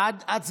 עד איזו שעה?